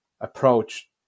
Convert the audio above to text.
approach